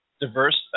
diverse